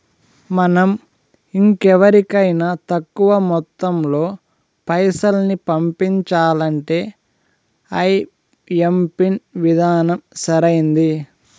మనం ఇంకెవరికైనా తక్కువ మొత్తంలో పైసల్ని పంపించాలంటే ఐఎంపిన్ విధానం సరైంది